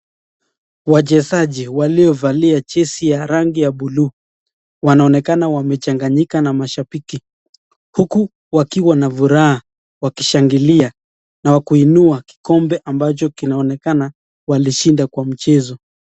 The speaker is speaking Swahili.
Wacheza waliovalia jezi ya rangi ya blue wanaonekana wamechanganyika na mashabiki huku wakiwa na furaha, wakishangilia na kuinua kikombe ambacho kinaonekana walishinda kwa mchezo.